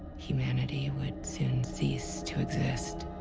humanity would soon cease to exist.